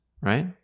right